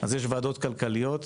כלכליות